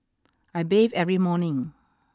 I bathe every morning